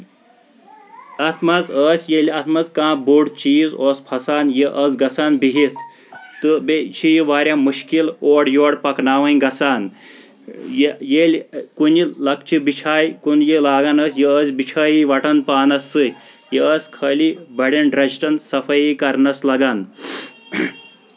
اَتھ منٛز ٲس ییٚلہِ اَتھ منٛز کانٛہہ بوٚڑ چیٖز اوس پھسان یہِ ٲس گژھان بِہتھ تہٕ بیٚیہِ چھِ یہِ واریاہ مُشکِل اورٕ یور پَکناوٕنۍ گژھان یہِ ییٚلہِ کُنہِ لۄکچہِ بِچھایہِ کُن یہِ لاگان ٲسۍ یہِ ٲس بِچھٲیی وَٹان پانس سۭتۍ یہِ ٲس خٲلی بَڑیٚن ڈریٚجٹَن سفٲیی کرنَس لگان